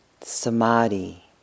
samadhi